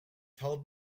held